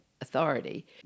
authority